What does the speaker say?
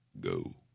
go